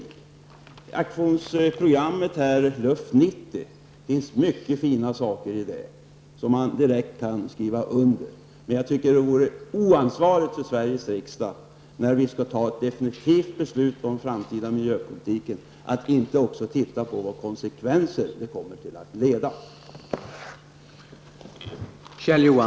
I aktionsprogrammet LUFT '90 finns många fina synpunkter som man direkt kan skriva under på. Jag tycker att det vore oansvarligt av Sveriges riksdag att i samband med ett definitivt beslut om den framtida miljöpolitiken inte se på vilka konsekvenser det beslutet kommer att medföra.